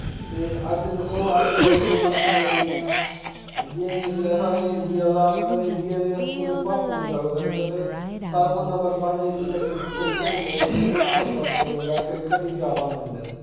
ते अज्ज दिक्खो अज्ज बड़ी गेमां न खेढने आह्लियां जि'यां कि इसले साढ़े इंडिया दा अगर इंडिया दी अस पूरे भारत दी गल्ल करचै ते सारें कोला नंबर वन जेह्ड़ी इसलै क्रिकेट हिन्दोस्तान दे लोक जैदा क्रिकेट जैदा मनदे न